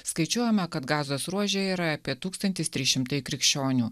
skaičiuojama kad gazos ruože yra apie tūkstantis trys šimtai krikščionių